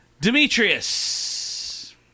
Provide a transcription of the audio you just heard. Demetrius